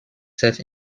set